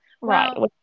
Right